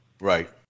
Right